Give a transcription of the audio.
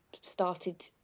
started